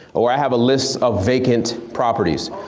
or i have a list of vacant properties,